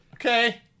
okay